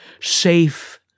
safe